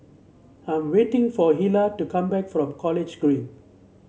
I'm waiting for Hilah to come back from College Green